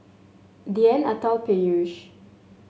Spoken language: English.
Dhyan Atal Peyush